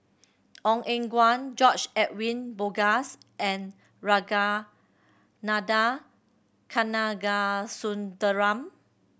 Ong Eng Guan George Edwin Bogaars and Ragunathar Kanagasuntheram